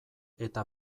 eta